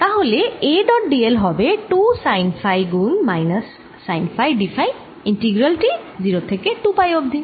তাহলে A dot d l হবে 2 sine phi গুণ minus sine phi d phi integral টি 0 থেকে 2পাই অবধি